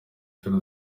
filime